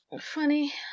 Funny